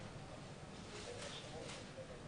האלה?